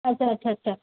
আচ্ছা আচ্ছা আচ্ছা